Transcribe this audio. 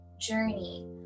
journey